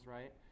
Right